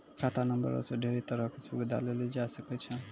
खाता नंबरो से ढेरी तरहो के सुविधा लेलो जाय सकै छै